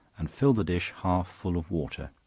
and fill the dish half full of water